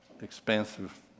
expensive